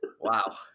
Wow